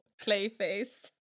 Clayface